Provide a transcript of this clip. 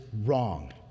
wrong